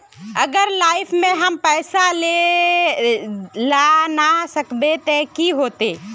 अगर लाइफ में हम पैसा दे ला ना सकबे तब की होते?